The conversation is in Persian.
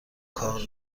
کار